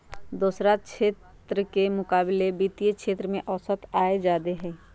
दोसरा क्षेत्र के मुकाबिले वित्तीय क्षेत्र में औसत आय जादे हई